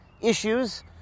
Issues